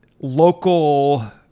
local